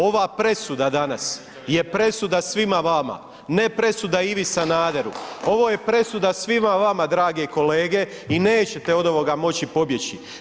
Ova presuda danas je presuda svima vama, ne presuda Ivi Sanaderu, ovo je presuda svima vama drage kolege i nećete od ovoga moći pobjeći.